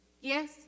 Yes